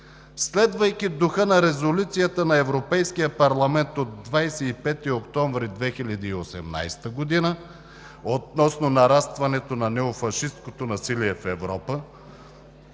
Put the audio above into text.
следвайки духа на Резолюцията на Европейския парламент от 25 октомври 2018 г. относно нарастването на неофашисткото насилие в Европа,